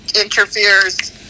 interferes